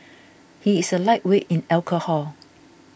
he is a lightweight in alcohol